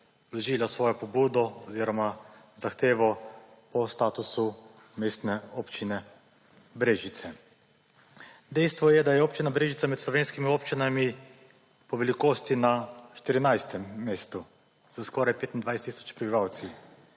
vložila svojo pobudo oziroma zahtevo o statusu Mestne občine Brežice. Dejstvo je, da je Občina Brežice med slovenskimi občinami po velikosti na 14. mestu s skoraj 25 tisoč prebivalci.